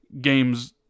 games